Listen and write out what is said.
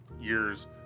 years